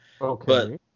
Okay